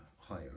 higher